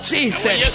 Jesus